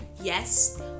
Yes